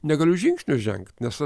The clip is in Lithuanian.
negaliu žingsnio žengt nes